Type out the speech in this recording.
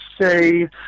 say